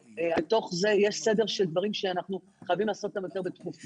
בתוך זה יש סדר של דברים שאנחנו חייבים לעשות יותר בדחיפות.